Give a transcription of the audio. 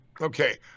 Okay